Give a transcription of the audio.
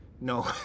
no